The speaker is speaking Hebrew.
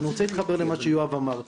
אני רוצה להתחבר למה שיואב אמר.